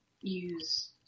use